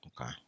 Okay